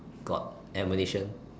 got ammunition